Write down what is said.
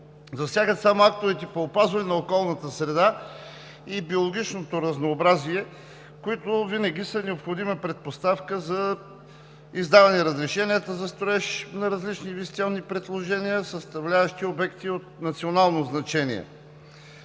засягат само актовете по опазване на околната среда и биологичното разнообразие, които винаги са необходима предпоставка за издаване разрешенията за строеж на различни инвестиционни предложения, съставляващи обекти от национално значение